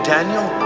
Daniel